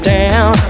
down